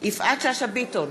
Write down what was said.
יפעת שאשא ביטון,